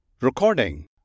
Recording